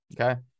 Okay